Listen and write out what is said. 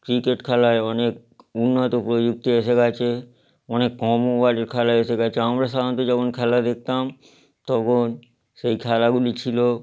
cricket খেলায় অনেক উন্নত প্রযুক্তি এসে গিয়েছে অনেক কম ওভারের খেলা এসে গিয়েছে আমরা সাধারণত যখন খেলা দেখতাম তখন সেই খেলাগুলি ছিল